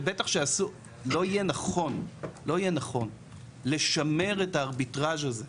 ובטח שלא יהיה נכון לשמר את הארביטראז' הזה,